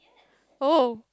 oh